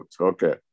Okay